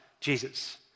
Jesus